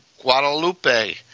Guadalupe